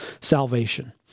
salvation